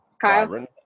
kyle